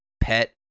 pet